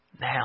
now